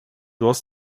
was